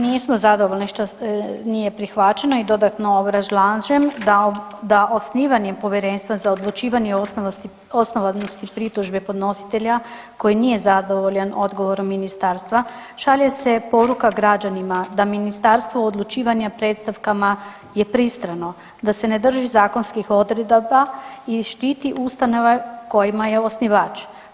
Nismo zadovoljni što se nije prihvaćeno i dodatno obrazlažem da osnivanjem Povjerenstva za odlučivanja o osnovanosti pritužbe podnositelja koji nije zadovoljan odgovoran ministarstva šalje se poruka građanima da ministarstvo u odlučivanja predstavkama je pristrano, da se ne drži zakonskih odredaba i štiti ustanova kojima je osnivač.